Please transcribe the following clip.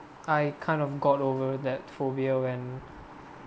I kind of got over that phobia when